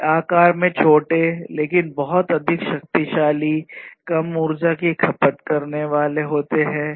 वे आकार में छोटे लेकिन बहुत अधिक शक्तिशालीकम ऊर्जा की खपत करने वाले होते हैं